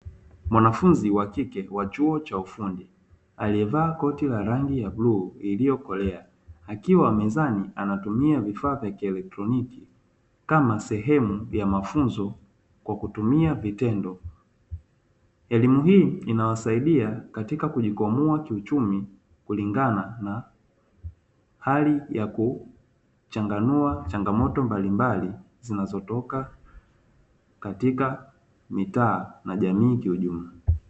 Mwanafunzi wa kike wa chuo cha ufundi, aliyevaa koti la rangi ya bluu iliyokolea akiwa mezani anatumia vifaa vya kielektroniki kama sehemu ya mafunzo kwa kutumia vitendo. Elimu hii inawasaidia katika kujikwamua kiuchumi kulingana na hali ya kuchanganua changamoto mbalimbali zinazotoka katika mitaa na jamii kiujumla.